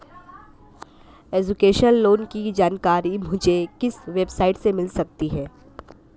Education loan की जानकारी मुझे किस वेबसाइट से मिल सकती है?